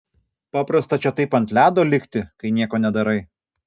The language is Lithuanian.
paprasta čia taip ant ledo likti kai nieko nedarai